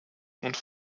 und